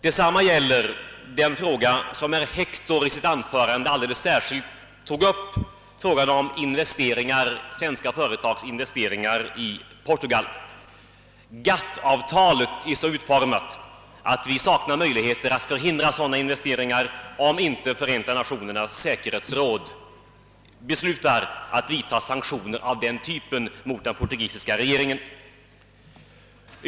Detsamma gäller den fråga som herr Hector i sitt anförande alldeles särskilt tog upp, nämligen svenska företags investeringar i Portugal. GATT-avtalet är så utformat att vi saknar möjligheter att förhindra sådana investeringar, om inte Förenta Nationernas säkerhetsråd beslutar att vidta sanktioner av denna typ mot den portugisiska regeringen.